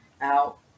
out